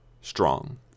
strong